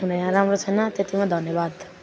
कुनै यहाँ राम्रो छैन त्यतिमा धन्यवाद